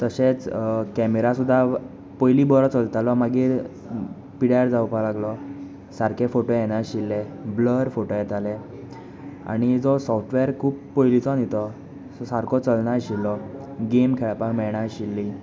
तशेंच कॅमेरा सुद्दां पयलीं बरो चलतालो मागीर पिड्यार जावपा लागलो सारके फोटो येनाशिल्ले ब्लर फोटो येताले आनी जो सॉफ्टवॅर खूब पयलींचो न्ही तो सो सारको चलनाशिल्लो गेम खेळपाक मेळनाशिल्ली